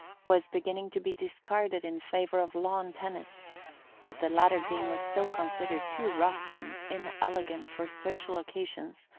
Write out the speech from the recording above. was beginning to be discarded in favour of lawn-tennis but the latter game was still considered too rough and inelegant for social occasions,